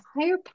higher